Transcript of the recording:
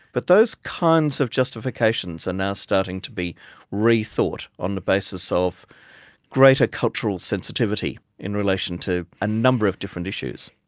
but those kinds of justifications are now starting to be rethought on the basis of greater cultural sensitivity in relation to a number of different issues.